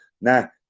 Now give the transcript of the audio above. Now